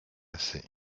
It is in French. assez